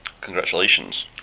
Congratulations